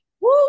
Woo